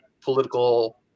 political